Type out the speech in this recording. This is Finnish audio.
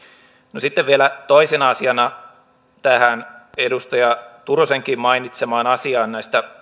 no sitten vielä toisena asiana tähän edustaja turusenkin mainitsemaan asiaan näiden